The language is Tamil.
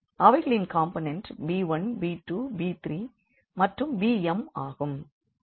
அவைகளின் காம்போனண்ட் b1 b2 b3 மற்றும் bmஆகும்